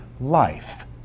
life